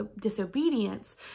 disobedience